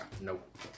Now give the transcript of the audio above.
nope